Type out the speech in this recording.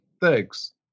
Thanks